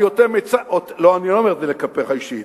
אני לא אומר את זה כלפיך אישית,